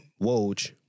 Woj